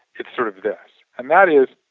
it's sort of this and that is,